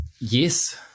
yes